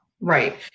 Right